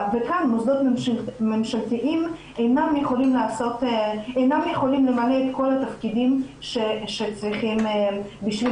וכאן מוסדות ממשלתיים אינם יכולים למלא את כל התפקידים שצריכים בשביל